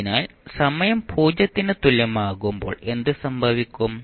അതിനാൽ സമയം 0 ന് തുല്യമാകുമ്പോൾ എന്ത് സംഭവിക്കും